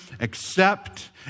accept